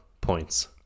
points